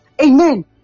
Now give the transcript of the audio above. Amen